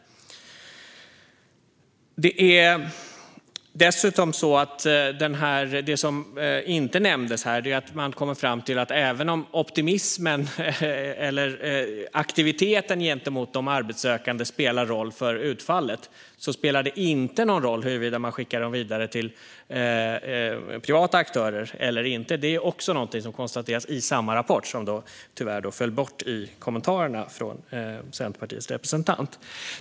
Det som inte nämndes här är dessutom att man kommer fram till att även om optimismen eller aktiviteten gentemot de arbetssökande spelar roll för utfallet spelar det inte någon roll huruvida man skickar dem vidare till privata aktörer eller inte. Detta är någonting som konstateras i samma rapport, men det föll tyvärr bort i kommentarerna från Centerpartiets representant.